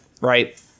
right